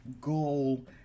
goal